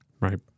Right